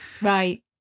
Right